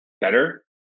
better